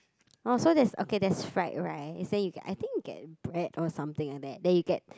uh so there's okay there's fried rice then you get I think you get bread or something like that then you get